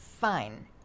fine